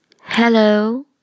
Hello